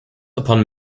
upon